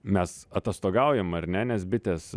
mes atostogaujam ar ne nes bitės